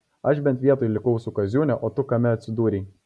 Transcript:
aš bent vietoj likau su kaziūne o tu kame atsidūrei